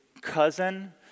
cousin